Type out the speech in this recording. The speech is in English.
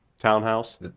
Townhouse